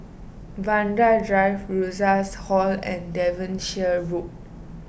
Vanda Drive Rosas Hall and Devonshire Road